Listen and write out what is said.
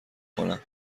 کنم